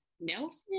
Nelson